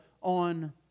on